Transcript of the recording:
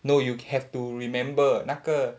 no you have to remember 那个